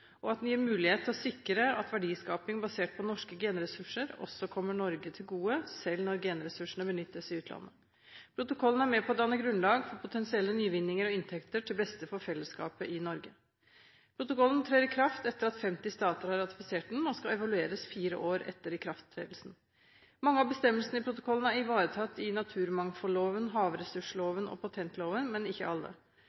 den gir mulighet til å sikre at verdiskaping basert på norske genressurser også kommer Norge til gode selv når genressursene benyttes i utlandet. Protokollen er med på å danne grunnlag for potensielle nyvinninger og inntekter til beste for fellesskapet i Norge. Protokollen trer i kraft etter at 50 stater har ratifisert den, og skal evalueres fire år etter ikrafttredelsen. Mange av bestemmelsene i protokollen er ivaretatt i naturmangfoldloven,